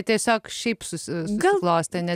tiesiog šiaip susiklostė